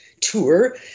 tour